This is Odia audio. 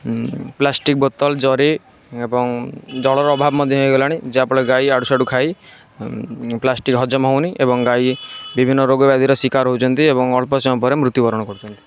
ପ୍ଲାଷ୍ଟିକ୍ ବୋତଲ ଜରି ଏବଂ ଜଳର ଅଭାବ ମଧ୍ୟ ହେଇଗଲାଣି ଯାହାଫଳରେ ଗାଈ ଇଆଡ଼େସିଆଡ଼େ ଖାଇ ପ୍ଲାଷ୍ଟିକ୍ ହଜମ ହଉନି ଏବଂ ଗାଈ ବିଭିନ୍ନ ରୋଗ ବ୍ୟାଧିର ଶିକାର ହଉଛନ୍ତି ଏବଂ ଅଳ୍ପ ସମୟ ପରେ ମୃତ୍ୟୁବରଣ କରୁଛନ୍ତି